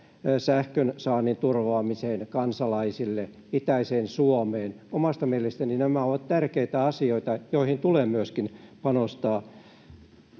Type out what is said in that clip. sähkönsaannin turvaamiseen kansalaisille itäiseen Suomeen — omasta mielestäni nämä ovat tärkeitä asioita, joihin tulee myöskin panostaa